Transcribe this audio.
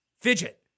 fidget